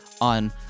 on